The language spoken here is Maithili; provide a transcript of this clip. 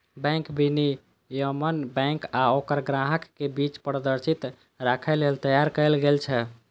बैंक विनियमन बैंक आ ओकर ग्राहकक बीच पारदर्शिता राखै लेल तैयार कैल गेल छै